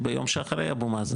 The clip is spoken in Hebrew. לגבי כמות האירועים וכן הלאה,